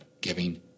giving